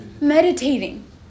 Meditating